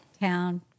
Town